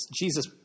Jesus